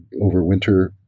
overwinter